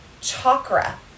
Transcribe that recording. chakra